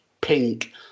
pink